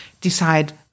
decide